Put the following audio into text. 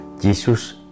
Jesus